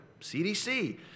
CDC